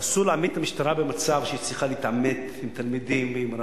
ואסור להעמיד את המשטרה במצב שהיא צריכה להתעמת עם תלמידים ועם רבנים.